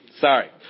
Sorry